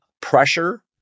Pressure